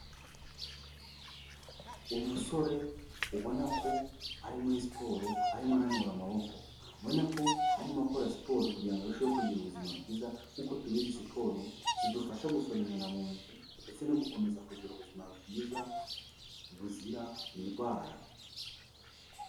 Umusore ubona ko ari muri siporo arimo ananura amaboko, ubona ko arimo akora siporo kugira ngo arusheho kugira ubuzima bwiza nk'uko tubizi siporo zidufasha gusohora imyanda mu mubiri ndetse no gukomeza kugira ubuzima bwiza buzira indwara.